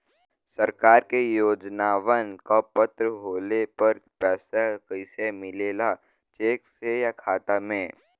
सरकार के योजनावन क पात्र होले पर पैसा कइसे मिले ला चेक से या खाता मे?